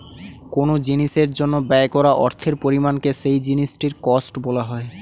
কোন জিনিসের জন্য ব্যয় করা অর্থের পরিমাণকে সেই জিনিসটির কস্ট বলা হয়